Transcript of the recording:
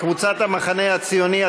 קבוצת המחנה הציוני,